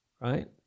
right